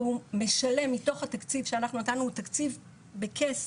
והוא משלם מתוך התקציב שאנחנו נתנו, תקציב בכסף.